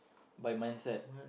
by mindset